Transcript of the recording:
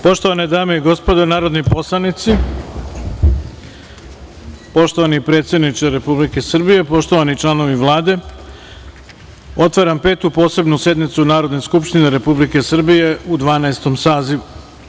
Poštovane dame i gospodo narodni poslanici, poštovani predsedniče Republike Srbije, poštovani članovi Vlade, otvaram Petu posebnu sednicu Narodne skupštine Republike Srbije u Dvanaestom sazivu.